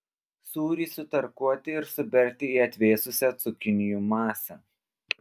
sūrį sutarkuoti ir suberti į atvėsusią cukinijų masę